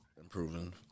improving